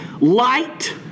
light